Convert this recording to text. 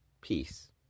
Peace